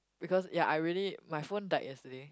because ya I really my phone died yesterday